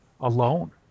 alone